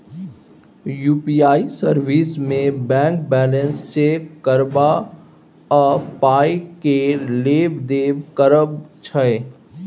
UPI service मे bank balance check करब आ पाइ केर लेब देब करब छै